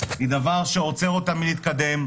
היא דבר שעוצר אותם מלהתקדם,